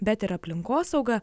bet ir aplinkosauga